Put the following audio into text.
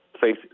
face